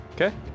Okay